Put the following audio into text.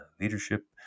leadership